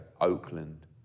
Oakland